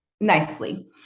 nicely